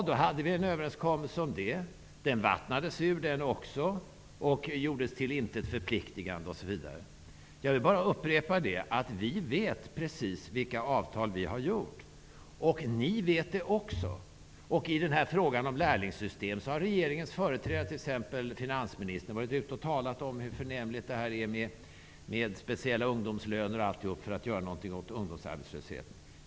Vi hade en överenskommelse om det här. Den vattnades också ur och gjordes till intet förpliktigande. Jag upprepar att vi vet precis vilka avtal vi har ingått, och ni vet det också. När det gäller lärlingssystemet har regeringens företrädare, t.ex. finansministern, talat om hur förnämligt det är med särskilda ungdomslöner när man skall göra något åt ungdomsarbetslösheten.